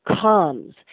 comes